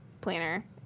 Planner